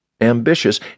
Ambitious